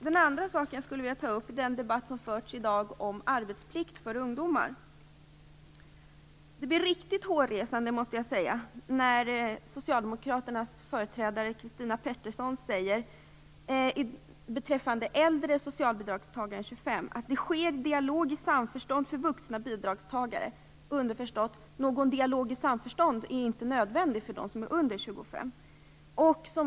Den andra är den debatt som i dag har förts om arbetsplikt för ungdomar. Det blev riktigt hårresande när socialdemokraternas företrädare Christina Pettersson sade beträffande socialbidragstagare som är äldre än 25 år att det sker en dialog i samförstånd för vuxna bidragstagare. Underförstått är någon dialog i samförstånd inte nödvändig när det gäller dem som är under 25 år.